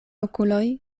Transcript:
okuloj